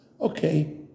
okay